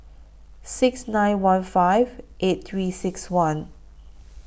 six nine one five eight three six one